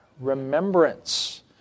remembrance